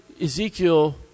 Ezekiel